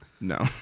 No